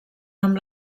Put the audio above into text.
amb